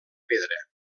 pedra